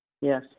yes